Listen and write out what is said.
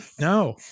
No